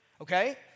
Okay